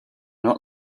not